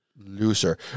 Loser